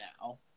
now